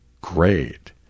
great